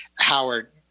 Howard